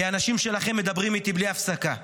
כי האנשים שלכם מדברים איתי בלי הפסקה.